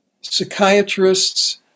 psychiatrists